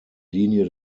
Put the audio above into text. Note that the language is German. linie